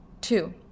Two